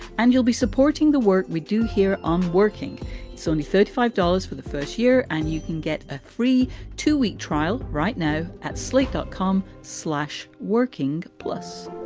and you'll be supporting the work we do here on working sony. thirty five dollars for the first year. and you can get a free two week trial right now at slate dot com slash working plus,